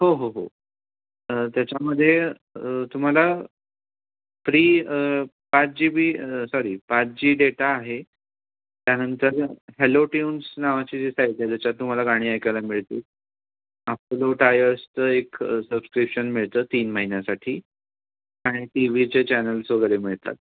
हो हो हो त्याच्यामध्ये तुम्हाला फ्री पाच जी बी सॉरी पाच जी डेटा आहे त्यानंतर हॅलो ट्युन्स नावाची जी साईट ज्याच्यात तुम्हाला गाणी ऐकायला मिळतील आपोलो टायर्सचं एक सबस्क्रिप्शन मिळतं तीन महिन्यासाठी आणि टी व्हीचे चॅनल्स वगैरे मिळतात